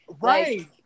Right